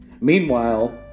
Meanwhile